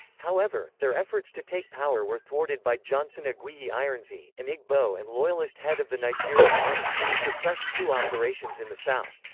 however, their efforts to take power were thwarted by johnson aguiyi-ironsi, an igbo and loyalist head of the nigerian army, who suppressed coup operations in the south.